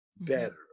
better